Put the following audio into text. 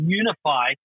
unify